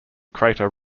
crater